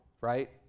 right